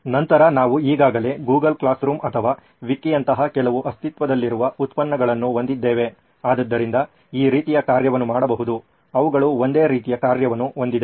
ನಂತರ ನಾವು ಈಗಾಗಲೇ ಗೂಗಲ್ ಕ್ಲಾಸ್ರೂಮ್ ಅಥವಾ ವಿಕಿಯಂತಹ ಕೆಲವು ಅಸ್ತಿತ್ವದಲ್ಲಿರುವ ಉತ್ಪನ್ನಗಳನ್ನು ಹೊಂದಿದ್ದೇವೆ ಅದರಿಂದ ಈ ರೀತಿಯ ಕಾರ್ಯವನ್ನು ಮಾಡಬಹುದು ಅವುಗಳು ಒಂದೇ ರೀತಿಯ ಕಾರ್ಯವನ್ನು ಹೊಂದಿವೆ